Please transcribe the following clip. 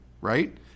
right